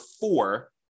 four